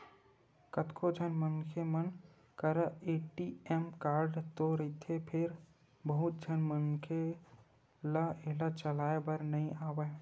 कतको झन मनखे मन करा ए.टी.एम कारड तो रहिथे फेर बहुत झन मनखे ल एला चलाए बर नइ आवय